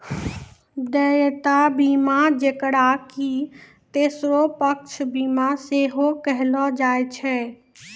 देयता बीमा जेकरा कि तेसरो पक्ष बीमा सेहो कहलो जाय छै